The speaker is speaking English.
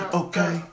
okay